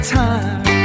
time